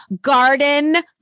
garden